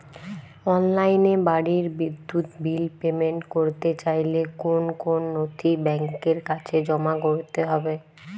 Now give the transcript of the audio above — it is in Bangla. অনলাইনে বাড়ির বিদ্যুৎ বিল পেমেন্ট করতে চাইলে কোন কোন নথি ব্যাংকের কাছে জমা করতে হবে?